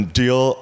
deal